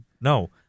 No